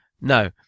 No